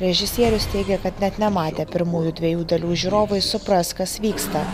režisierius teigia kad net nematę pirmųjų dviejų dalių žiūrovai supras kas vyksta